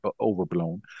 overblown